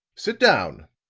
sit down,